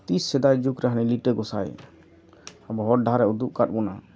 ᱛᱤᱸᱥ ᱥᱮᱫᱟᱭ ᱡᱩᱜᱽᱨᱮ ᱞᱤᱴᱟᱹ ᱜᱚᱸᱥᱟᱭ ᱟᱵᱚ ᱦᱚᱨ ᱰᱟᱦᱟᱨᱮ ᱩᱫᱩᱜ ᱟᱠᱟᱫ ᱵᱚᱱᱟ